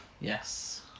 Yes